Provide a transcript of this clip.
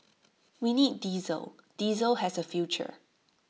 we need diesel diesel has A future